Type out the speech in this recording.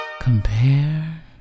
Compare